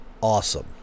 awesome